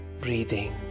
breathing